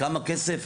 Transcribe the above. כמה כסף?